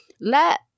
let